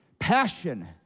Passion